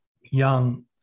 young